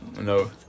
No